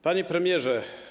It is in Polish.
Panie Premierze!